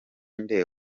nde